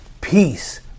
peace